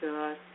God